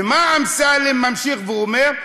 ומה אמסלם ממשיך ואומר: